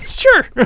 Sure